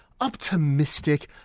optimistic